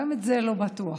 גם זה לא בטוח,